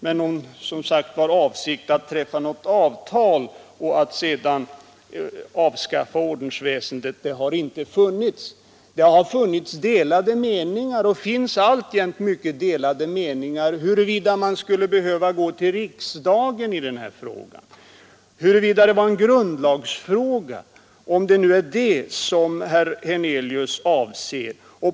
Men någon avsikt att träffa avtal Ändrat belönings: och sedan avskaffa ordensväsendet har inte funnits. Det har rått och system för statsråder alltjämt delade meningar om huruvida man skall behöva gå till anställda m.fl. riksdagen i denna fråga och huruvida det är en grundlagsfråga — om det nu är det herr Hernelius avser.